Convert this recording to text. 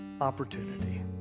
opportunity